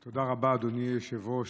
תודה רבה, אדוני היושב-ראש.